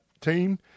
team